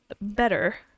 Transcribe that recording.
Better